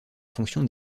fonction